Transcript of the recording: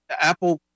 Apple